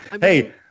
hey